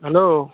hello